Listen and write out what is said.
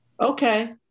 Okay